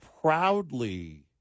proudly